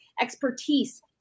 expertise